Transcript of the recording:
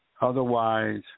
Otherwise